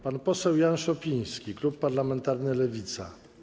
Pan poseł Jan Szopiński, klub parlamentarny Lewica.